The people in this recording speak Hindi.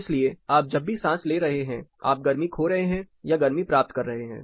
इसलिए आप जब भी सांस ले रहे हैं आप गर्मी खो रहे हैं या गर्मी प्राप्त कर रहे हैं